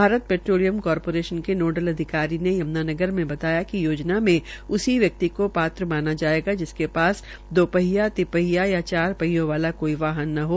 भारत पेट्रोलियम के नोडल अधिकारी ने यमूनानगर में बताया कि योजना में उसी व्यक्ति को पात्र माना जायेगा जिसके पास दो पहियां तिपहिया या चार पहियों वाला कोई वाहन न हो